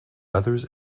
others